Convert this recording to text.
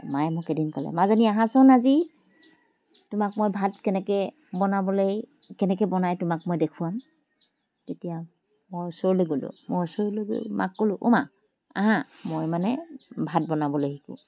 মায়ে মোক এদিন ক'লে মাজনী আহাঁচোন আজি তোমাক মই ভাত কেনেকৈ বনাবলৈ কেনেকৈ বনায় তোমাক মই দেখুৱাম তেতিয়া মই ওচৰলৈ গ'লোঁ মই ওচৰলৈ মাক ক'লোঁ অ' মা আহাঁ মই মানে ভাত বনাবলৈ শিকোঁ